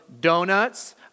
donuts